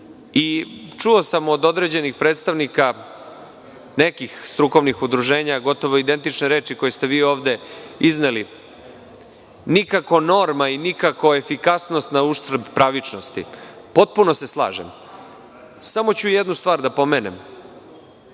sam od određenih predstavnika nekih strukovnih udruženja gotovo identične reči koje ste vi ovde izneli - nikako norma i nikako efikasnost na uštrb pravičnosti. Potpuno se slažem. Samo ću jednu stvar da pomenem,